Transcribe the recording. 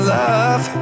love